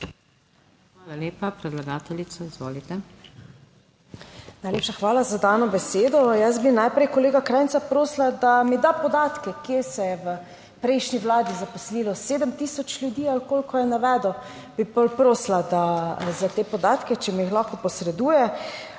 **SUZANA LEP ŠIMENKO (PS SDS):** Najlepša hvala za dano besedo. Jaz bi najprej kolega Krajnca prosila, da mi da podatke, kje se je v prejšnji vladi zaposlilo 7 tisoč ljudi ali koliko je navedel, bi prosila, da, za te podatke, če mi jih lahko posreduje.